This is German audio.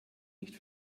nicht